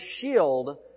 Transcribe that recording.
shield